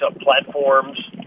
platforms